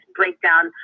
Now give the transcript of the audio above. breakdown